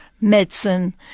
medicine